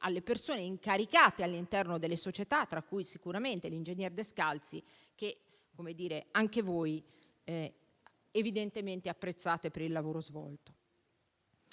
alle persone incaricate all'interno delle società, tra cui sicuramente l'ingegner De Scalzi, che anche voi evidentemente apprezzate per il lavoro svolto.